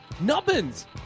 nubbins